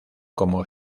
como